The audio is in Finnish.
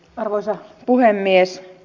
arvoisa puhemies